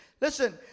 Listen